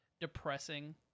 Depressing